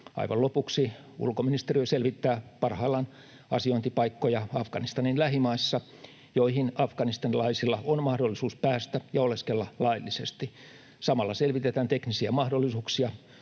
Aivan lopuksi: Ulkoministeriö selvittää parhaillaan asiointipaikkoja Afganistanin lähimaissa, joihin afganistanilaisilla on mahdollisuus päästä ja oleskella laillisesti. Samalla selvitetään teknisiä mahdollisuuksia